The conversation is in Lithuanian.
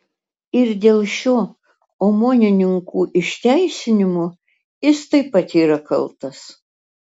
ir dėl šio omonininkų išteisinimo jis taip pat yra kaltas